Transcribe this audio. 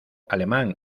alemán